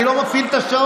אני לא מפעיל את השעון.